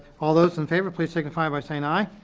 all those in favor, please signify by saying aye.